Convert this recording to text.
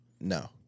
No